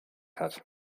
hat